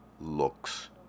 looks